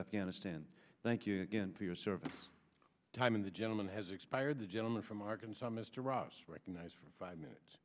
afghanistan thank you again for your service time in the gentleman has expired the gentleman from arkansas mr ross recognized for five minutes